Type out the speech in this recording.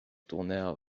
tournèrent